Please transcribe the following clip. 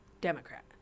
Democrat